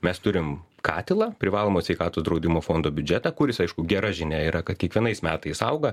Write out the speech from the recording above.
mes turim katilą privalomo sveikatos draudimo fondo biudžetą kuris aišku gera žinia yra kad kiekvienais metais auga